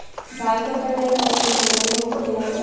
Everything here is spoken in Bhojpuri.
धान क कटाई कवने महीना में होखेला?